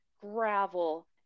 gravel